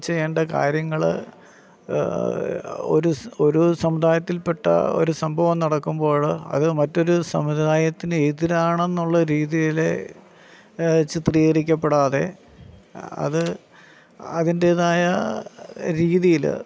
ചെയ്യേണ്ട കാര്യങ്ങൾ ഒരു ഒരു സമുദായത്തിപ്പെട്ട ഒരു സംഭവം നടക്കുമ്പോൾ അത് മറ്റൊരു സമുദായത്തിന് എതിരാണെന്നുള്ള രീതിയിൽ ചിത്രീകരിക്കപ്പെടാതെ അത് അതിൻ്റേതായ രീതിയിൽ